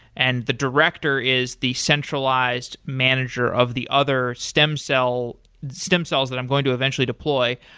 and the director is the centralized manger of the other stem cells stem cells that i'm going to eventually deploy.